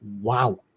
wow